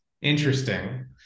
interesting